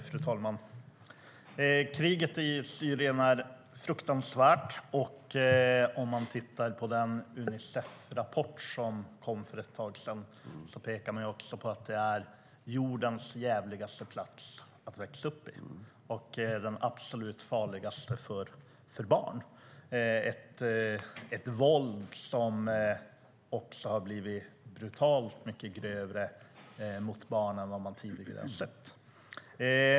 Fru talman! Kriget i Syrien är fruktansvärt. I den Unicefrapport som kom för ett tag sedan pekar man på att det är jordens djävligaste plats att växa upp i och den absolut farligaste för barn. Våldet har blivit brutalt grövre mot barn än vad man tidigare har sett.